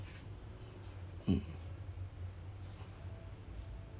mm